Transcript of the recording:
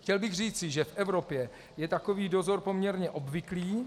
Chtěl bych říci, že v Evropě je takový dozor poměrně obvyklý.